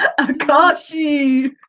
Akashi